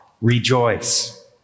Rejoice